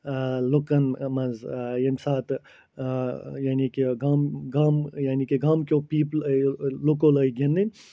لُکَن منٛز ییٚمہِ ساتہٕ یعنی کہِ گامہٕ گامہٕ یعنی کہِ گامہٕ کیو لُکَو لٲگۍ گِنٛدٕنۍ